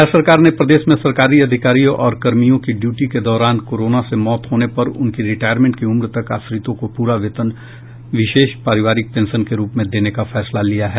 राज्य सरकार ने प्रदेश में सरकारी अधिकारियों और कर्मियों की ड्यूटी के दौरान कोरोना से मौत होने पर उनकी रिटायरमेंट की उम्र तक आश्रित को पूरा वेतन विशेष पारिवारिक पेंशन के रूप में देने का फैसला लिया है